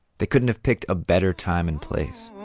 they couldn't have picked a better time and place